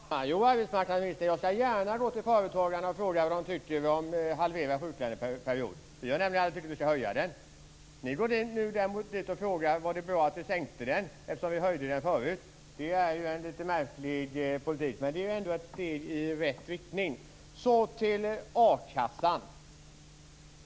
Herr talman! Jo, arbetsmarknadsministern, jag skall gärna gå till företagarna och fråga vad de tycker om en halverad sjuklöneperiod. Vi har nämligen aldrig tyckt att den skall höjas. Ni går däremot dit och frågar om det var bra att den sänktes, eftersom den höjdes förut. Det är en litet märklig politik, men det är ändå ett steg i rätt riktning. Så till a-kassan.